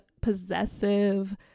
possessive